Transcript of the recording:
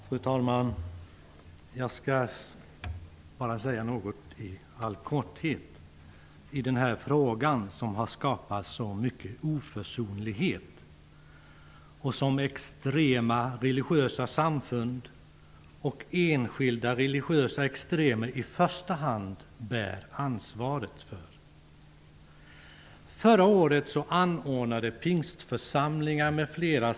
Fru talman! Jag vill bara säga något i all korthet i denna fråga som har skapat så mycket oförsonlighet, som i första hand extrema religiösa samfund och enskilda religiösa extremer bär ansvaret för.